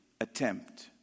attempt